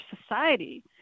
society